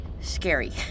scary